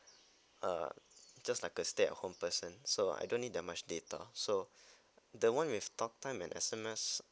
uh just like a stay at home person so I don't need that much data so the [one] with talk time and S_M_S